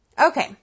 Okay